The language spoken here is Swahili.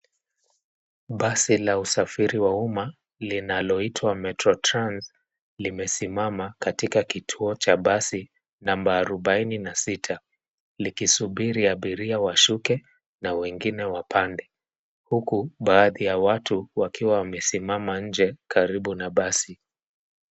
Basi la usafiri wa umma linaloitwa Metro Trans limesimama katika kituo cha basi namba arubaine na sita likisubiri abiria washuke na wengine wapande. Huku baadhi ya watu wamesimama nje karibu na basi.